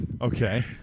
Okay